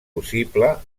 possible